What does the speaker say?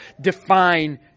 define